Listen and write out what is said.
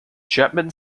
chapman